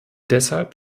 deshalb